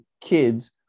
kids